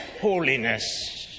holiness